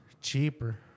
Cheaper